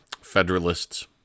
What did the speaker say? federalists